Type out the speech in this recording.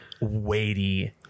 weighty